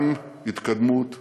גם התקדמות לשלום.